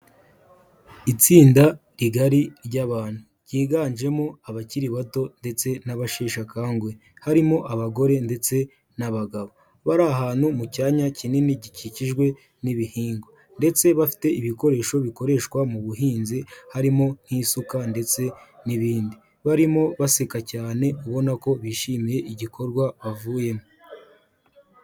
Itsinda rigari ry'abantu ryiganjemo abakiri bato ndetse n'abasheshakanguwe harimo abagore ndetse n'abagabo bari ahantu mu cyanya kinini gikikijwe n'ibihingwa, ndetse bafite ibikoresho bikoreshwa mu buhinzi harimo nk'isuka ndetse n'ibindi, barimo baseka cyane ubona ko bishimiye igikorwa bavuyemo.